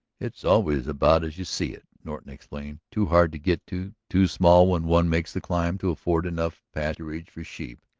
it's always about as you see it, norton explained. too hard to get to, too small when one makes the climb to afford enough pasturage for sheep.